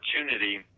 opportunity